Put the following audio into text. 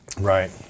Right